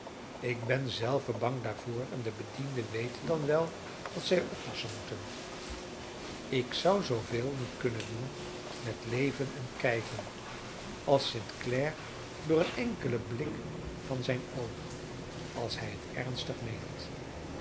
ik ben zelve bang daarvoor en de bedienden weten dan wel dat zij oppassen moeten ik zou zooveel niet kunnen doen met leven en kijven als st clare door een enkelen blik van zijn oog als hij het ernstig meent